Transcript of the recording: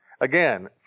again